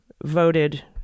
voted